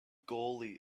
goalie